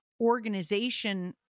organization